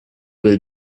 will